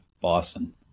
Boston